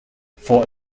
for